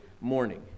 morning